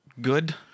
good